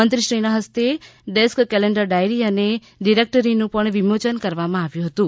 મંત્રીશ્રીના હસ્તે desk calendar diary અને ડિરેક્ટરીનું વિમોચન કરવામાં આવ્યું હતું